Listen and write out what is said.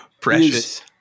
Precious